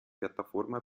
piattaforma